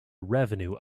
revenue